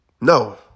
No